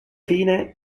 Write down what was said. fine